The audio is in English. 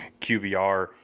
QBR